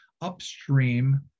upstream